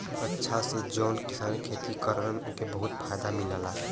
अचछा से जौन किसान खेती करलन ओके बहुते फायदा मिलला